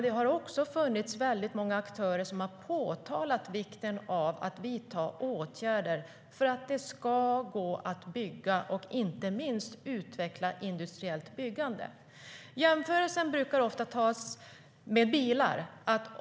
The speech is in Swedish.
Det har också funnits väldigt många aktörer som påtalat vikten av att vidta åtgärder för att det ska gå att bygga och inte minst utveckla industriellt byggande. Jämförelsen brukar ofta tas med bilar.